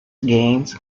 games